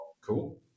cool